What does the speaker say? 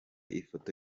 ifoto